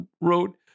wrote